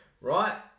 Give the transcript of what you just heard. Right